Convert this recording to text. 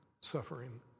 suffering